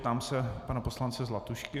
Ptám se pana poslance Zlatušky.